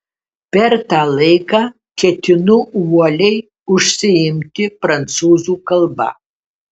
per tą laiką ketinu uoliai užsiimti prancūzų kalba